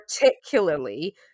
particularly